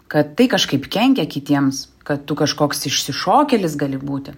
kad tai kažkaip kenkia kitiems kad tu kažkoks išsišokėlis gali būti